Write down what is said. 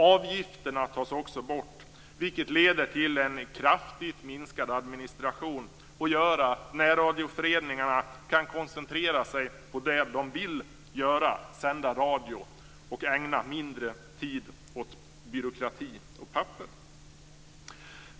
Avgifterna tas också bort, vilket leder till kraftigt minskad administration och gör att närradioföreningarna kan koncentrera sig på det de vill göra, att sända radio, och ägna mindre tid åt byråkrati och papper.